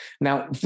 Now